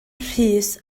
rhys